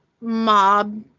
mob